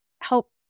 help